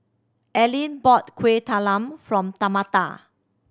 Alene bought Kueh Talam from Tamatha